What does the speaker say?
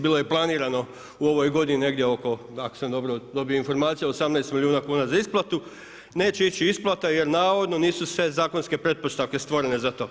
Bilo je i planirano u ovoj godini negdje oko ako sam dobro dobio informacije 18 milijuna kuna za isplatu, neće ići isplata jer navodno nisu sve zakonske pretpostavke stvorene za to.